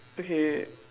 okay